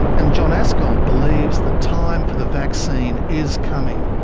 and john aaskov believes the time for the vaccine is coming.